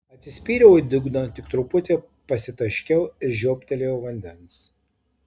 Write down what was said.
atsispyriau į dugną tik truputį pasitaškiau ir žiobtelėjau vandens